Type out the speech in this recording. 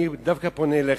אני פונה דווקא אליך.